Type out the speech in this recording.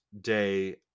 day